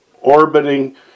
orbiting